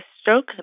Stroke